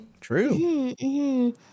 true